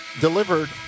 delivered